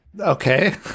Okay